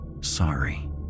sorry